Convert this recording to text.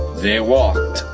they walked,